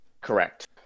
Correct